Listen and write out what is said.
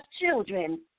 children